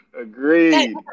Agreed